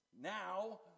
Now